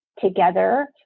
together